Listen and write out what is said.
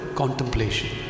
contemplation